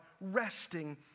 resting